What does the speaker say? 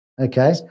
Okay